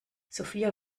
sophia